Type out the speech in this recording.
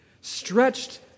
Stretched